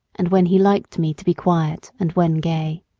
and when he liked me to be quiet, and when gay.